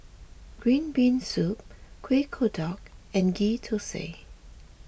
Green Bean Soup Kuih Kodok and Ghee Thosai